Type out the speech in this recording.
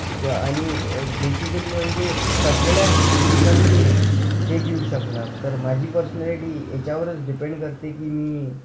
आणि बेसिकली म्हणजे सगळ्या ह्याचा मी हे घेऊ शकणार तर माझी पर्सनॅलिटी ह्याच्यावरच डिपेंड करते की मी